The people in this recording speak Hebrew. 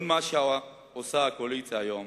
כל מה שעושה הקואליציה היום